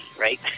right